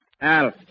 Al